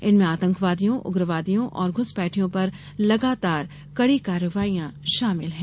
इनमें आतंकवादियों उग्रवादियों और घुसपैठियों पर लगातार कड़ी कार्रवाइयां शामिल हैं